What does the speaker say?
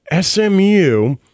SMU